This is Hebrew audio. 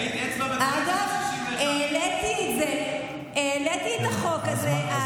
אגב, העליתי את החוק הזה.